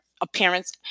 appearance